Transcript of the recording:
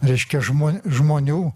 reiškia žmo žmonių